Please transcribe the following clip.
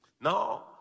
No